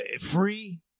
free